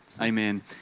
Amen